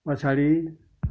पछाडि